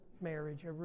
marriage